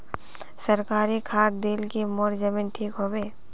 सरकारी खाद दिल की मोर जमीन ठीक होबे?